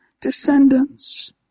descendants